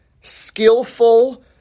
skillful